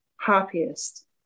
happiest